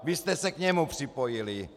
Vy jste se k němu připojili.